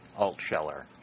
Altscheller